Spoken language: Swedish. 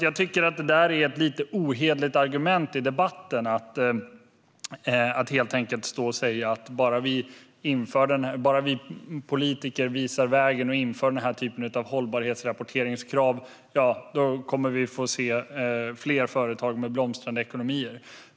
Jag tycker alltså att det är ett lite ohederligt argument i debatten att stå och säga att vi kommer att få se fler företag med blomstrande ekonomi bara vi politiker visar vägen och inför den här typen av hållbarhetsrapporteringskrav.